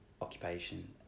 occupation